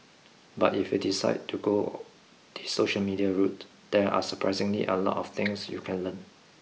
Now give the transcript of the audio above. but if you decided to go the social media route there are surprisingly a lot of things you can learn